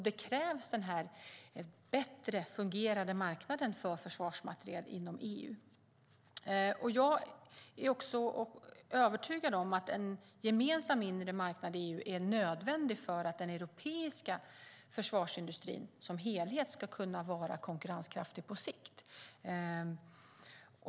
Det krävs också en bättre fungerande marknad för försvarsmateriel inom EU. Jag är övertygad om att en gemensam inre marknad i EU är nödvändig för att den europeiska försvarsindustrin som helhet ska kunna vara konkurrenskraftig på sikt.